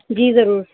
جی ضرور